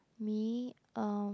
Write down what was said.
me um